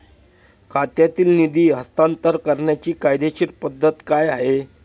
खात्यातील निधी हस्तांतर करण्याची कायदेशीर पद्धत काय आहे?